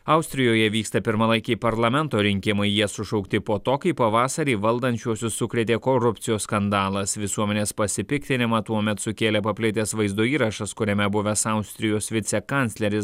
austrijoje vyksta pirmalaikiai parlamento rinkimai jie sušaukti po to kai pavasarį valdančiuosius sukrėtė korupcijos skandalas visuomenės pasipiktinimą tuomet sukėlė paplitęs vaizdo įrašas kuriame buvęs austrijos vicekancleris